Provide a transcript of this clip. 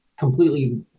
completely